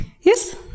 Yes